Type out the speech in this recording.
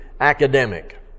academic